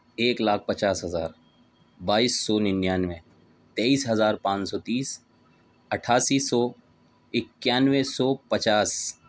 ایک لاکھ پچاس ہزار بائیس سو ننانوے تیئس ہزار پانچ سو تیس اٹھاسی سو اکیانوے سو پچاس